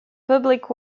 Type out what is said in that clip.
public